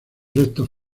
restos